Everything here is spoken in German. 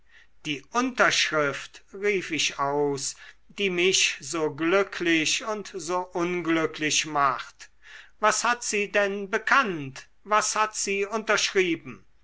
die unterschrift rief ich aus die mich so glücklich und so unglücklich macht was hat sie denn bekannt was hat sie unterschrieben